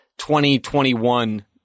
2021